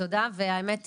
תודה והאמת,